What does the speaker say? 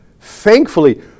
Thankfully